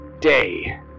day